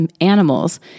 animals